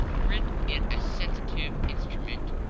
grit in a sensitive instrument,